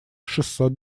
шестьсот